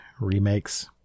remakes